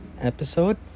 episode